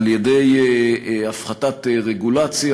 על-ידי הפחתת רגולציה.